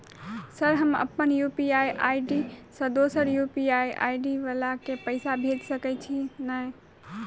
Sir हम अप्पन UPI ID सँ दोसर यु.पी.आई आई.डी वला केँ पैसा भेजि सकै छी नै?